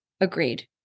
Agreed